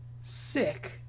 sick